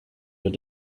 your